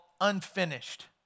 Unfinished